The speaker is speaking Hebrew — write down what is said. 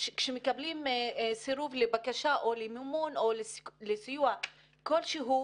כשמקבלים סירוב לבקשה או למימון או לסיוע כשלהו,